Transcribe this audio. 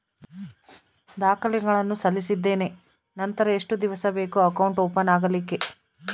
ದಾಖಲೆಗಳನ್ನು ಸಲ್ಲಿಸಿದ್ದೇನೆ ನಂತರ ಎಷ್ಟು ದಿವಸ ಬೇಕು ಅಕೌಂಟ್ ಓಪನ್ ಆಗಲಿಕ್ಕೆ?